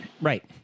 Right